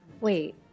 Wait